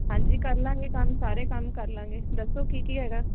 ਹਾਂਜੀ ਕਰ ਲਵਾਂਗੇ ਕੰਮ ਸਾਰੇ ਕੰਮ ਕਰ ਲਵਾਂਗੇ ਦੱਸੋ ਕੀ ਕੀ ਹੈਗਾ